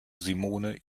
simone